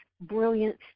brilliant